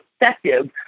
effective